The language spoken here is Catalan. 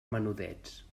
menudets